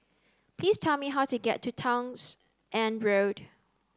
please tell me how to get to Townshend Road